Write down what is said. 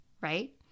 right